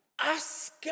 Ask